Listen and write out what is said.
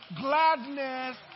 Gladness